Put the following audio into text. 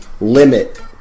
limit